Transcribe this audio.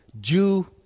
Jew